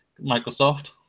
Microsoft